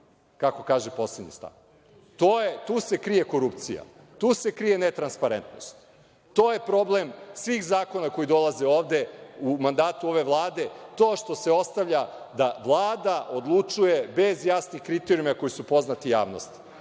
kako kaže poslednji stav. Tu se krije korupcija, tu se krije netransparentnost, to je problem svih zakona koji dolaze ovde u mandatu ove Vlade, to što se ostavlja da Vlada odlučuje, bez jasnih kriterijuma koji su poznati javnosti.